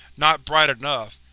not bright enough.